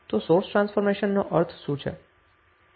તો સોર્સ ટ્રાન્સફોર્મેશનનો અર્થ શું છે